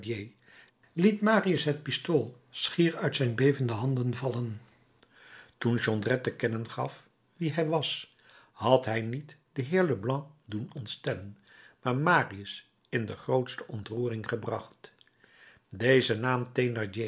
liet marius het pistool schier uit zijn bevende handen vallen toen jondrette te kennen gaf wie hij was had hij niet den heer leblanc doen ontstellen maar marius in de grootste ontroering gebracht dezen naam